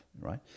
right